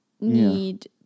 need